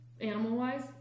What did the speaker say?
Animal-wise